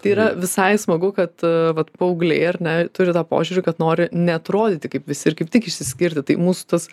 tai yra visai smagu kad vat paaugliai ar ne turi tą požiūrį kad nori neatrodyti kaip visi ir kaip tik išsiskirti tai mūsų tas